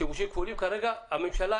שימושים כפולים כרגע הממשלה